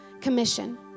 Commission